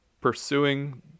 pursuing